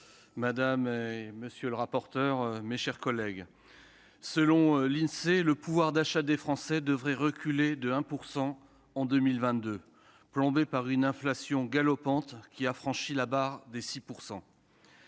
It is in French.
madame la ministre, mes chers collègues, selon l'Insee, le pouvoir d'achat des Français devrait reculer de 1 % en 2022, plombé par une inflation galopante qui a franchi la barre des 6 %.